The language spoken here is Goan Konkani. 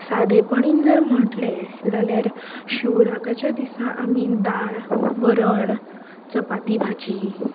सादेपणीन जर म्हणलें जाल्यार शिवराकाचे दिसा आमी दाळ वरण चपाथी भाजी